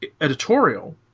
Editorial